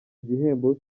igihembo